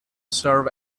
serve